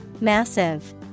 massive